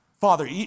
Father